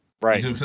Right